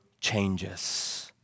changes